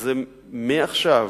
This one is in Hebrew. זה מעכשיו,